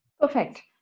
Perfect